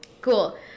cool